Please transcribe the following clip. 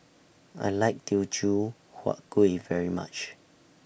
I like Teochew Huat Kueh very much